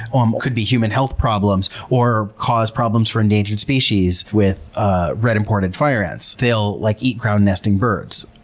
um could be human health problems, or cause problems for endangered species. with ah red imported fire ants, they'll like eat ground nesting birds.